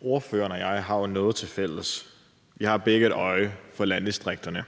Ordføreren og jeg har jo noget tilfælles. Vi har begge et øje på landdistrikterne.